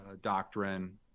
doctrine